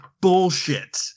bullshit